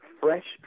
fresh